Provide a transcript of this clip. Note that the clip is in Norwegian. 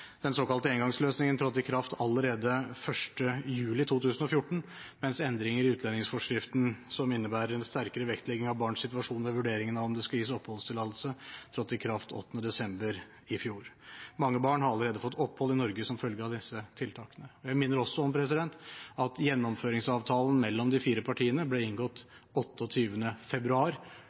Den såkalte engangsløsningen trådte i kraft allerede 1. juli 2014, mens endringer i utlendingsforskriften som innebærer en sterkere vektlegging av barns situasjon ved vurderingen av om det skal gis oppholdstillatelse, trådte i kraft 8. desember i fjor. Mange barn har allerede fått opphold i Norge som følge av disse tiltakene. Jeg minner også om at gjennomføringsavtalen mellom de fire partiene ble inngått 28. februar